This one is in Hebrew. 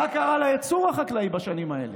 מה קרה לייצור החקלאי בשנים האלה?